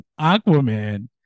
Aquaman